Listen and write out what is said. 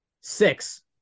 six